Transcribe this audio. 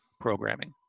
programming